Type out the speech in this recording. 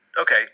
okay